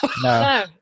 no